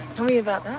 me about that?